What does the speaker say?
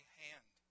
hand